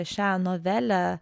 šią novelę